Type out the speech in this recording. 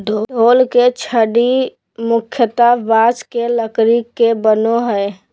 ढोल के छड़ी मुख्यतः बाँस के लकड़ी के बनो हइ